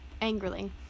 angrily